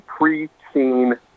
preteen